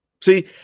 See